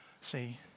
See